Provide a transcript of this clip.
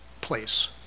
place